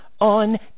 on